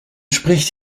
spricht